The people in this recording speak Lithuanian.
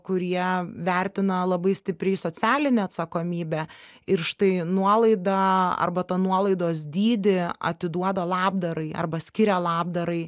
kurie vertina labai stipriai socialinę atsakomybę ir štai nuolaidą arba tą nuolaidos dydį atiduoda labdarai arba skiria labdarai